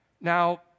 Now